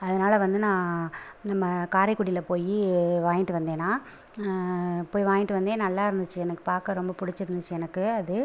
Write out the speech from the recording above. அதனால் வந்து நான் நம்ம காரைக்குடியில் போய் வாங்கிட்டு வந்தேன் நான் போய் வாங்கிட்டு வந்தேன் நல்லா இருந்துச்சு எனக்கு பார்க்க ரொம்ப பிடிச்சி இருந்துச்சு எனக்கு அது